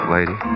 Lady